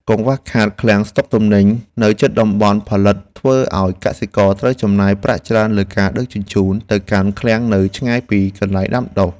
កង្វះខាតឃ្លាំងស្តុកទំនិញនៅជិតតំបន់ផលិតធ្វើឱ្យកសិករត្រូវចំណាយប្រាក់ច្រើនលើការដឹកជញ្ជូនទៅកាន់ឃ្លាំងនៅឆ្ងាយពីកន្លែងដាំដុះ។